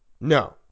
no